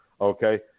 okay